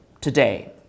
today